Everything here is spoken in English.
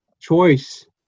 choice